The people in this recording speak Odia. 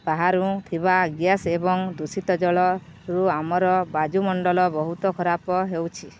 ବାହାରୁ ଥିବା ଗ୍ୟାସ୍ ଏବଂ ଦୂଷିତ ଜଳରୁ ଆମର ବାୟୁମଣ୍ଡଳ ବହୁତ ଖରାପ ହେଉଛି